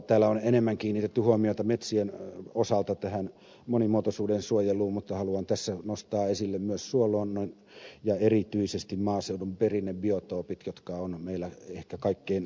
täällä on enemmän kiinnitetty huomiota metsien osalta monimuotoisuuden suojeluun mutta haluan tässä nostaa esille myös suoluonnon ja erityisesti maaseudun perinnebiotoopit jotka ovat meillä ehkä kaikkein uhanalaisin luontotyyppi